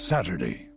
Saturday